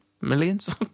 millions